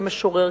כמשורר,